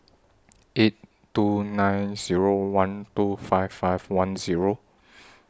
eight two nine Zero one two five five one Zero